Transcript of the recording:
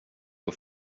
aux